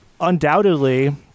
undoubtedly